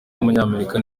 w’umunyamerika